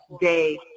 day